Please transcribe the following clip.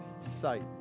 sight